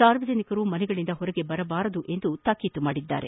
ಸಾರ್ವಜನಿರಕರು ಮನೆಗಳಿಂದ ಹೊರಗೆ ಬರಬಾರದು ಎಂದು ತಾಕೀತು ಮಾಡಿದ್ದಾರೆ